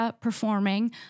performing